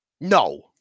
No